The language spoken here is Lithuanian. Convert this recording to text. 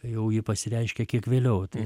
jau ji pasireiškė kiek vėliau tai